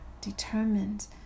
determined